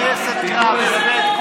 מפקד טייסת קרב, בושה.